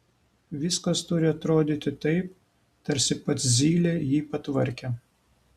viskas turi atrodyti taip tarsi pats zylė jį patvarkė